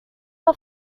our